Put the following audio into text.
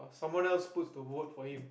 someone else puts the vote for him